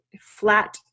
flat